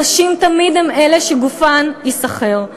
נשים תמיד הן אלה שגופן ייסחר.